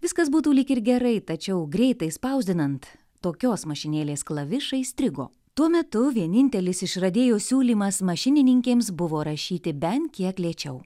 viskas būtų lyg ir gerai tačiau greitai spausdinant tokios mašinėlės klavišai strigo tuo metu vienintelis išradėjo siūlymas mašininkėms buvo rašyti bent kiek lėčiau